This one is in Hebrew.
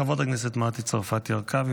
חברת הכנסת מטי צרפתי הרכבי,